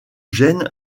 gêne